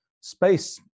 space